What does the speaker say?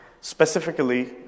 specifically